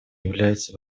является